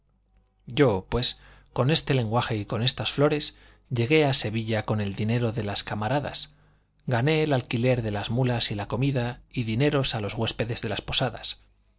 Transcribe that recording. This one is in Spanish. yo pues con ese lenguaje y con estas flores llegué a sevilla con el dinero de las camaradas gané el alquiler de las mulas y la comida y dineros a los huéspedes de las posadas